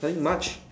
nothing much